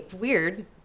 weird